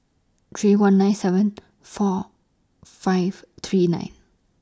three one nine seven four five three nine